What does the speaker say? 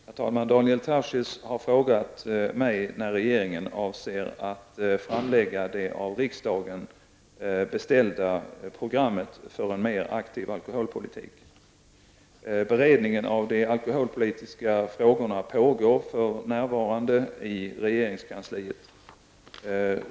Herr talman! Daniel Tarschys har frågat mig när regeringen avser att framlägga det av riksdagen beställda programmet för en mer aktiv alkoholpolitik. Beredningen av de alkoholpolitiska frågorna pågår för närvarande i regeringskansliet.